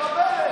היא מחבלת.